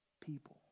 people